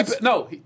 No